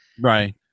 Right